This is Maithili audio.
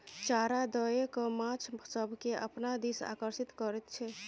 चारा दए कय माछ सभकेँ अपना दिस आकर्षित करैत छै